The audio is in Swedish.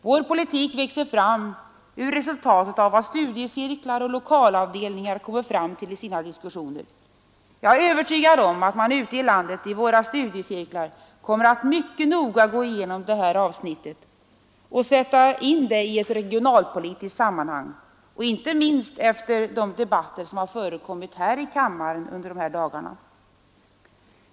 Vår politik växer fram ur resultatet av vad studiecirklar och lokalavdelningar kommer fram till i sina diskussioner. Jag är övertygad om att man ute i landet i våra studiecirklar kommer att cet noga gå igenom det här avsnittet och sätta in det i ett my regionalpolitiskt sammanhang, inte minst efter den debatt som förts i kammaren under de här dagarna.